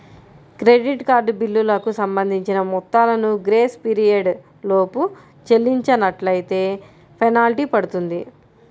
credit card బిల్లులకు సంబంధించిన మొత్తాలను గ్రేస్ పీరియడ్ లోపు చెల్లించనట్లైతే ఫెనాల్టీ పడుతుంది